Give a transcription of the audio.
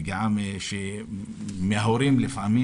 פגיעה מההורים לפעמים,